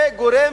זה הגורם